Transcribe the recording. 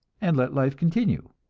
and let life continue.